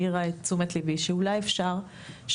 העירה עכשיו את תשומת לבי לכך שאולי אפשר שפה,